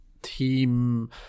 team